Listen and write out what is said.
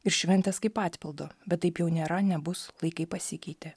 ir šventės kaip atpildo bet taip jau nėra nebus laikai pasikeitė